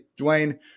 dwayne